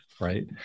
right